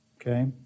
Okay